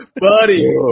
Buddy